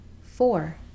Four